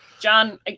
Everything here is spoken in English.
john